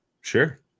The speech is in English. sure